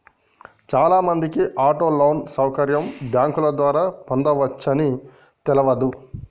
చాలామందికి auto loan సౌకర్యం bank ద్వారా పొందవచ్చని తెలవదు